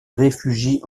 réfugie